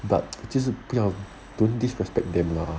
but 就是不要 don't disrespect them lah